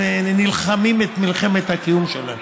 הם נלחמים את מלחמת הקיום שלהם,